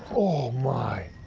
oh, my.